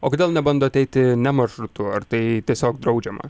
o kodėl nebandot eiti ne maršrutu ar tai tiesiog draudžiama